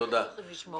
שאנחנו צריכים לשמור.